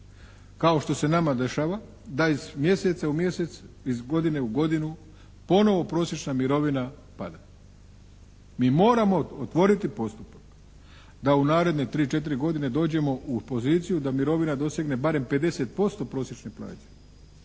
kao što se nama dešava, da iz mjeseca u mjesec, iz godine u godinu ponovo prosječna mirovina pada. Mi moramo otvoriti postupak da u naredne 3, 4 godine dođemo u poziciju da mirovina dosegne barem 50% prosječne plaće,